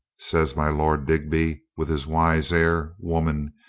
says my lord digby with his wise air, woman,